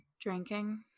Drinking